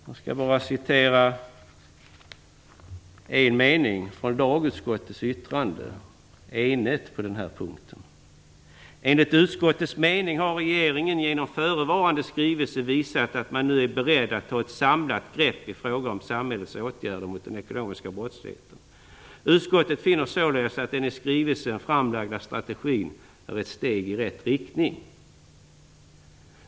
Låt mig bara citera ett par meningar ur lagutskottets på denna punkt eniga yttrande: "Enligt utskottets mening har regeringen genom förevarande skrivelse visat att man nu är beredd att ta ett samlat grepp i fråga om samhällets åtgärder mot den ekonomiska brottsligheten. Utskottet finner således att den i skrivelsen framlagda strategin är ett steg i rätt riktning."